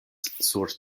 sur